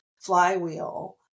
flywheel